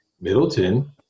Middleton